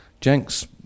Jenks